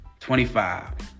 25